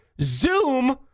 Zoom